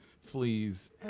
fleas